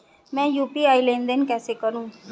मैं यू.पी.आई लेनदेन कैसे करूँ?